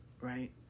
right